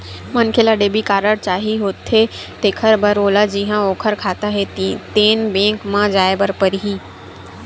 मनखे ल debit card चाही होथे तेखर बर ओला जिहां ओखर खाता हे तेन बेंक म जाए बर परही